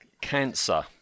Cancer